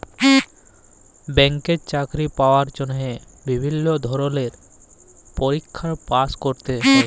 ব্যাংকে চাকরি পাওয়ার জন্হে বিভিল্য ধরলের পরীক্ষায় পাস্ ক্যরতে হ্যয়